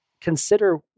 consider